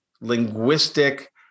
linguistic